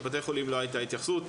לבתי חולים לא הייתה התייחסות,